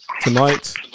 tonight